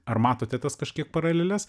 ar matote tas kažkiek paraleles